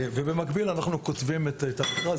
ובמקביל אנחנו כותבים את המכרז.